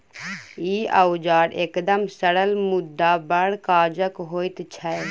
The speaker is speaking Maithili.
ई औजार एकदम सरल मुदा बड़ काजक होइत छै